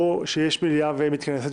או כשיש מליאה ואין כנסת.